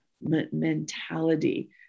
mentality